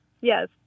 Yes